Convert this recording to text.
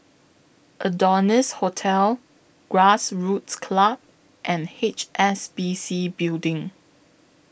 Adonis Hotel Grassroots Club and H S B C Building